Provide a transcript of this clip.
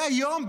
והיום,